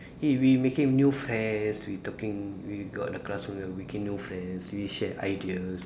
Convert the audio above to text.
he we making new friends we talking we got the classroom that we making new friends we share ideas